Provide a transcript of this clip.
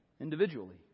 individually